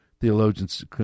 theologians